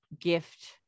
gift